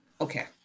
okay